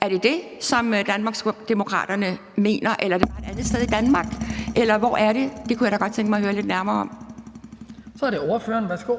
Er det det, som Danmarksdemokraterne mener? Eller er det et andet sted i Danmark – eller hvor er det? Det kunne jeg da godt tænke mig at høre lidt nærmere om. Kl. 12:05 Den fg.